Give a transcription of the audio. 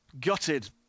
Gutted